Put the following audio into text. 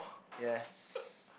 yes